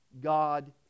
God